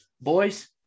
Boys